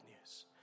news